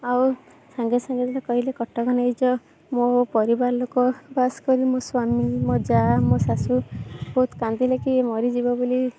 ଆଉ ସାଙ୍ଗେ ସାଙ୍ଗେ ମତେ କହିଲେ କଟକ ନେଇଯାଅ ମୁଁ ମୋ ପରିବାର ଲୋକ ଖାସକରି ମୋ ସ୍ୱାମୀ ମୋ ଜାଆ ମୋ ଶାଶୁ ବହୁତ କାନ୍ଦିଲେ କି ଇଏ ମରିଯିବ ବୋଲି